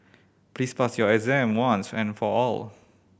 please pass your exam once and for all